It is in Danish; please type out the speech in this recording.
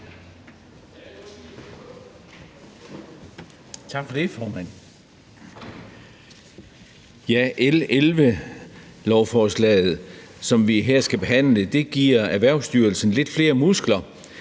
L 11, lovforslaget, som vi her skal behandle, giver Erhvervsstyrelsen lidt flere muskler